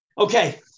Okay